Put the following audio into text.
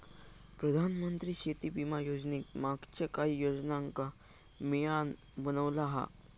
प्रधानमंत्री शेती विमा योजनेक मागच्या काहि योजनांका मिळान बनवला हा